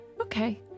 Okay